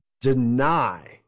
deny